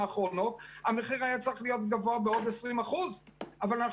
האחרונות אז המחיר להורי ם היה צריך להיות גבוה בעוד 20%. אבל,